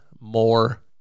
more